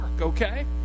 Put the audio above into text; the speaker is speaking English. okay